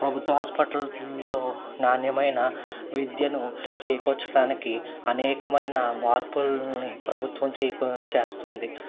ప్రభుత్వ హాస్పిటల్లో నాణ్యమైన విద్యను చేకూర్చడానికి అనేకమైన మార్పులని ప్రభుత్వం చేకు చేస్తుంది